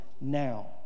now